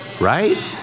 right